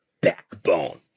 backbone